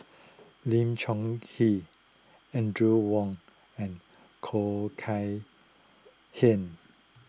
Lim Chong Keat Audrey Wong and Khoo Kay Hian